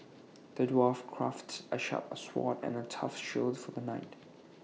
the dwarf crafted A sharp sword and A tough shield for the knight